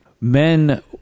men